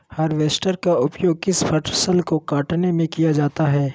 Harvester का उपयोग किस फसल को कटने में किया जाता है?